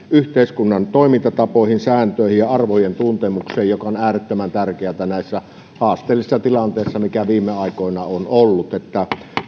yhteiskunnan toimintatapoihin sääntöihin ja arvojen tuntemukseen joka on äärettömän tärkeätä näissä haasteellisissa tilanteissa mitä viime aikoina on ollut